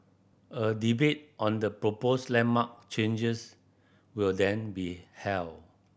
a debate on the proposed landmark changes will then be held